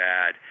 Bad